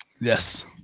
yes